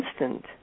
instant